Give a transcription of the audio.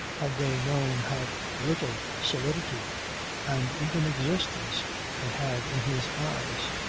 had they known how little solidity and even existence they had in his eyes.